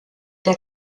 der